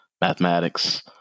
mathematics